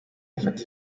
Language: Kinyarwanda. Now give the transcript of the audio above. bafata